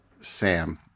Sam